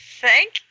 thank